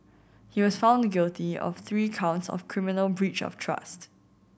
he was found guilty of three counts of criminal breach of trust